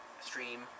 stream